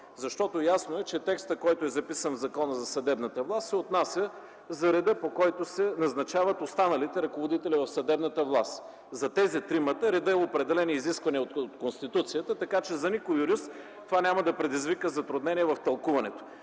защото е ясно, че текстът, който е записан в Закона за съдебната власт, се отнася за реда, по който се назначават останалите ръководители в съдебната власт. За тези тримата редът е определен и изискван от Конституцията, така че за никой юрист това няма да предизвика затруднение в тълкуването.